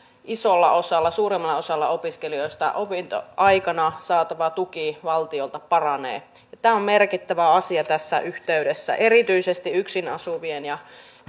isolla osalla suurimmalla osalla opiskelijoista opintoaikana saatava tuki valtiolta paranee tämä on merkittävä asia tässä yhteydessä erityisesti yksin asuville ja